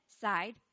side